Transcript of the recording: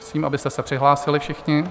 Prosím, abyste se přihlásili všichni.